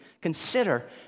consider